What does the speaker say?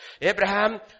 Abraham